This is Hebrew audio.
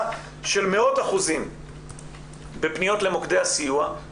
של מאות אחוזים בפניות למוקדי הסיוע,